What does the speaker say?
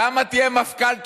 כמה תהיה מפכ"ל טוב,